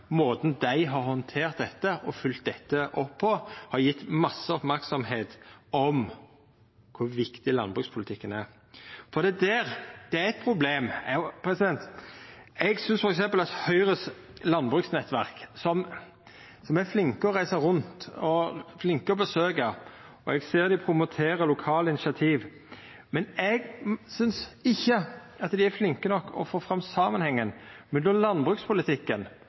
har handtert og følgt dette opp på. Det har gjeve mykje merksemd om kor viktig landbrukspolitikken er. Eg synest f.eks. at Høgres landbruksnettverk er flinke til å reisa rundt og flinke til å besøkja. Eg ser dei promoterer lokale initiativ, men eg synest ikkje dei er flinke nok til å få fram samanhengen mellom landbrukspolitikken